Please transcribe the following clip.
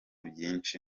byinshi